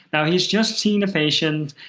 now he's just seen a patient,